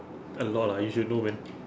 a lot ah you should know man